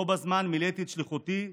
בו בזמן מילאתי את שליחותי,